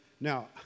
now